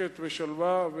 שקט ושלווה,